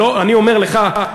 אני אומר לך,